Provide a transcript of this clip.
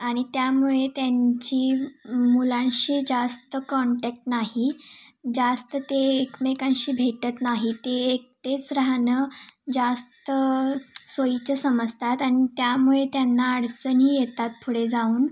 आणि त्यामुळे त्यांची मुलांशी जास्त कॉन्टॅक्ट नाही जास्त ते एकमेकांशी भेटत नाही ते एकटेच राहणं जास्त सोयीचे समजतात आणि त्यामुळे त्यांना अडचणी येतात पुढे जाऊन